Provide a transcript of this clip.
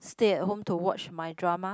stay at home to watch my drama